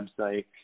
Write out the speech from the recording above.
website